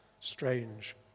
strange